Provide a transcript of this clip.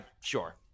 sure